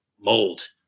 mold